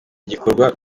gikorwa